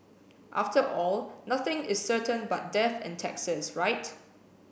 after all nothing is certain but death and taxes right